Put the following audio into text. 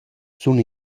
sun